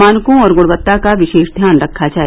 मानकों और गुणवत्ता का विशेष ध्यान रखा जाय